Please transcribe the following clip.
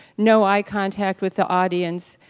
no eye contact with the audience.